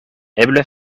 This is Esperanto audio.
eble